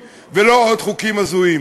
אבל מה לעשות ודוד המלך לא הסתפק בכך,